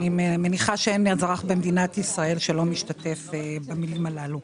אני מניחה שאין אזרח במדינת ישראל שלא משתתף במילים הללו.